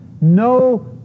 No